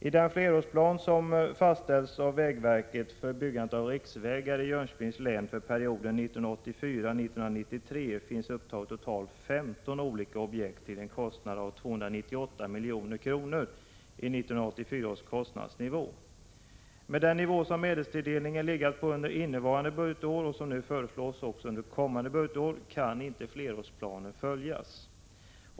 I den flerårsplan som fastställts av vägverket för byggandet av riksvägar i Jönköpings län för perioden 1984-1993 finns upptaget totalt 15 olika objekt till en kostnad av 298 milj.kr. i 1984 års kostnadsnivå. Med den nivå som medelstilldelningen legat på under innevarande budgetår och som nu också föreslås för kommande budgetår kan inte flerårsplanen följas.